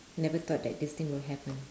never thought that this thing will happen